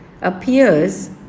appears